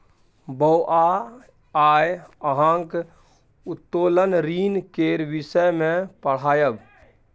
बौआ आय अहाँक उत्तोलन ऋण केर विषय मे पढ़ायब